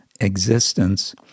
existence